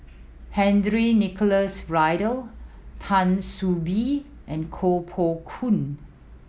Henry Nicholas Ridley Tan See Boo and Koh Poh Koon